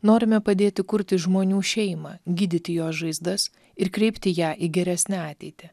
norime padėti kurti žmonių šeimą gydyti jos žaizdas ir kreipti ją į geresnę ateitį